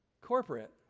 corporate